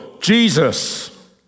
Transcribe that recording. Jesus